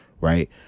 right